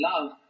love